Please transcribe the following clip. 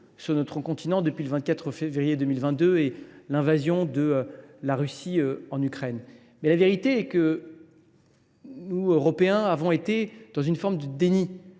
sur notre continent depuis le 24 février 2022 et l’invasion de la Russie en Ukraine. Mais la vérité est que nous, Européens, avons été dans une forme de déni